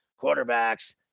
quarterbacks